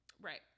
Right